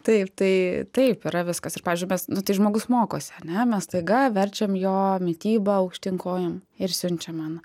taip tai taip yra viskas ir pavyzdžiui mes nu tai žmogus mokosi ane mes staiga verčiam jo mitybą aukštyn kojom ir siunčia man